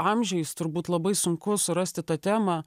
amžiais turbūt labai sunku surasti tą temą